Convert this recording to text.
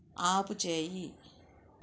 ఆపుచేయి